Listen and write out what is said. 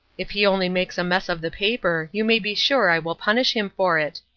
if he only makes a mess of the paper, you may be sure i will punish him for it.